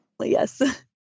Yes